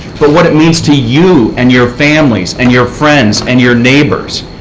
but what it means to you and your families and your friends and your neighbors.